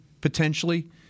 potentially